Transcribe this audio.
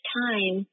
time